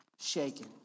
shaken